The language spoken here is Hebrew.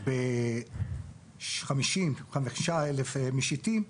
היינו עם 55,000 משיטים,